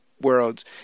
worlds